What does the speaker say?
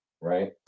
right